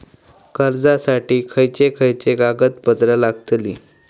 कर्जासाठी खयचे खयचे कागदपत्रा लागतली?